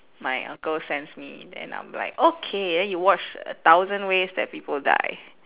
my uncle sends me then I'm like okay then you watch a thousand ways that people die